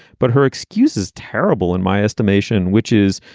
but her excuses terrible in my estimation, which is,